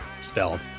spelled